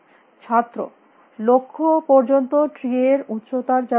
ছাত্র লক্ষ্য পর্যন্ত ট্রি এর উচ্চতার যা সংখ্যা